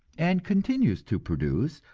and continues to produce,